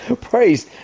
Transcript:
Praise